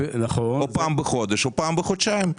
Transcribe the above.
או פעם בחודש או פעם בחודשיים,